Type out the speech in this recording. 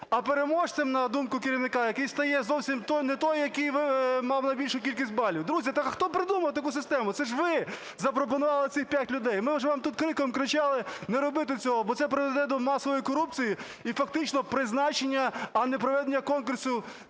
а переможцем, на думку керівника, який стає зовсім не той, який мав найбільшу кількість балів. Друзі, так а хто придумав таку систему? Це ж ви запропонували цих 5 людей. Ми уже вам тут криком кричали не робити цього, бо це призведе до масової корупції, і фактично призначення, а не проведення конкурсів,